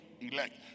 elect